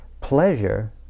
pleasure